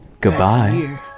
Goodbye